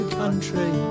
country